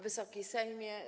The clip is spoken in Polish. Wysoki Sejmie!